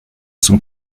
sont